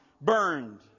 burned